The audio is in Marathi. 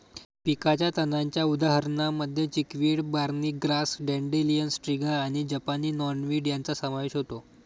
पिकाच्या तणांच्या उदाहरणांमध्ये chickweed, barny grass, dandelion, striga आणि जपानी नॉटवीड यांचा समावेश होतो